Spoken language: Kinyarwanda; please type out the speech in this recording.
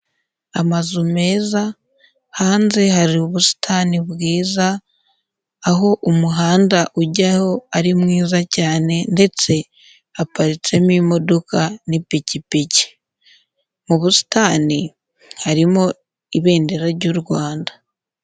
Amazu meza hanze hari ubusitani bwiza, aho umuhanda ujyaho ari mwiza cyane ndetse haparitsemo imodoka n'ipikipiki, mu busitani harimo ibendera ry'u Rwanda.